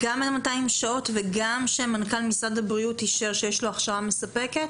זה גם על 200 שעות וגם שמנכ"ל משרד הבריאות אישר שיש לו הכשרה מספקת?